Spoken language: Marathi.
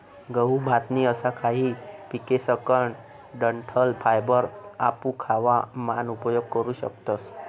गहू, भात नी असा काही पिकेसकन डंठल फायबर आपू खावा मान उपयोग करू शकतस